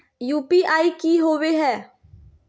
UPI की होवे हय?